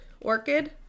Orchid